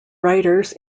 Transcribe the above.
writers